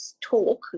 talk